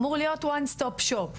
אמור להיות וואן סטופ שופ,